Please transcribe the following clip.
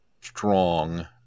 strong